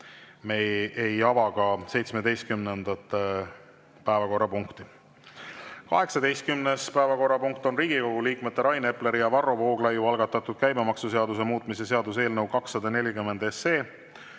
me ei ava ka 17. päevakorrapunkti arutelu. 18. päevakorrapunkt on Riigikogu liikmete Rain Epleri ja Varro Vooglaiu algatatud käibemaksuseaduse muutmise seaduse eelnõu 240.